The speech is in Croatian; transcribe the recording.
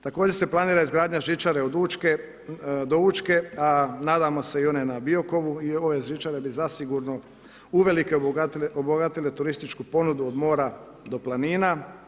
Također se planira izgradnja žičare do Učke, a nadamo se i one na Biokovu i ove žičare bi zasigurno uvelike obogatile turističku ponudu od mora do planina.